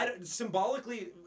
symbolically